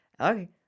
Okay